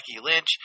Lynch